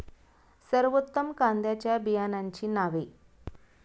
सर्वोत्तम कांद्यांच्या बियाण्यांची नावे?